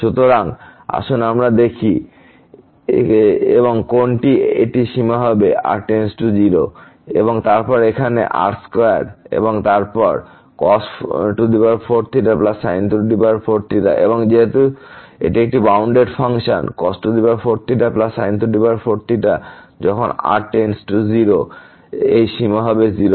সুতরাং আসুন আমরা শুধু দেখি এবং কোনটি তাই এটি সীমা হয়ে যাবে r → 0 এবং তারপর এখানে r2 এবং তারপরcos4 sin4 এবং যেহেতু এটি একটি বাউন্ডেড ফাংশন cos4 sin4 যখন r → 0 এই সীমা হবে 0